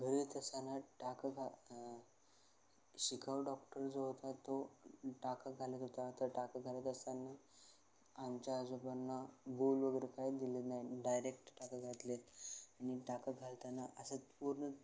घरी येत असताना टाका घा शिकाऊ डॉक्टर जो होता तो टाका घालत होता तर टाका घालत असताना आमच्या आजोबांना भूल वगैरे काय दिले नाही डायरेक्ट टाका घातले आहेत आणि टाका घालताना असं पूर्ण